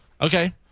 Okay